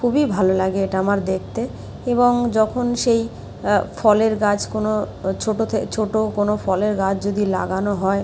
খুবই ভালো লাগে এটা আমার দেখতে এবং যখন সেই ফলের গাছ কোনো ছোটো ছোটো থে কোনো ফলের গাছ যদি লাগানো হয়